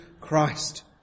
Christ